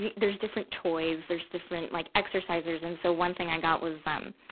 yeah there's different toys. there's different, like, exercisers. and so, one thing i got was, um,